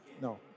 No